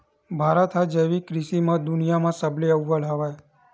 भारत हा जैविक कृषि मा दुनिया मा सबले अव्वल हवे